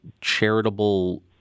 charitable